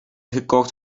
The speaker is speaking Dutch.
gekocht